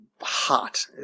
hot